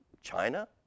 China